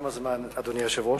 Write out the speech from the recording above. כמה זמן, אדוני היושב-ראש?